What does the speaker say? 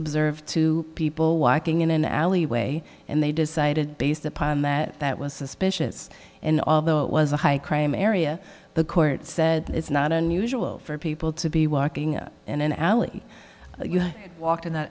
observed two people walking in an alleyway and they decided based upon that that was suspicious and although it was a high crime area the court said it's not unusual for people to be walking in an alley you know walked in the